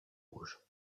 rouge